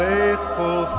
Faithful